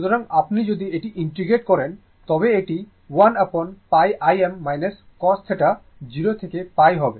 সুতরাং আপনি যদি এটি ইন্টিগ্রেট করেন তবে এটি 1 upon πIm cosθ0 থেকে π হবে